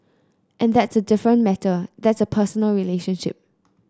and that's a different matter that's a personal relationship